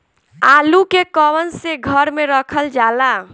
आलू के कवन से घर मे रखल जाला?